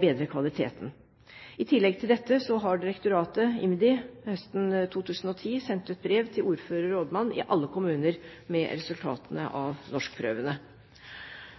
bedre kvaliteten. I tillegg sendte direktoratet, IMDi, høsten 2010 brev til ordfører og rådmann i alle kommuner med resultatene av norskprøvene.